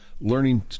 learning